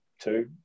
two